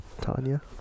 tanya